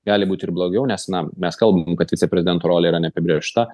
gali būti ir blogiau nes na mes kalbam kad viceprezidento rolė yra neapibrėžta